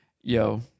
yo